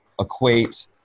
equate